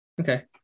okay